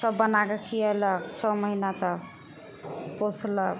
सब बनाके खियेलक छओ महीना तक पोषलक